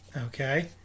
Okay